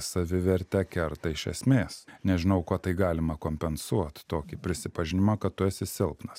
savivertę kerta iš esmės nežinau kuo tai galima kompensuot tokį prisipažinimą kad tu esi silpnas